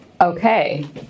Okay